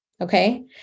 okay